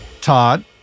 Todd